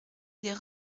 des